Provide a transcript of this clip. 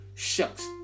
shucks